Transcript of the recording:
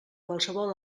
qualsevol